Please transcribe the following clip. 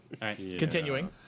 Continuing